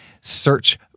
search